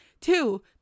Two